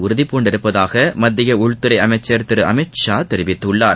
உறுதிபூண்டுள்ளதாக மத்திய உள்துறை அமைச்சர் திரு அமித்ஷா தெரிவித்துள்ளார்